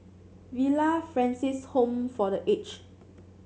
Villa Francis Home for The Age